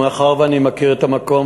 מאחר שאני מכיר את המקום,